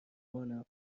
بانم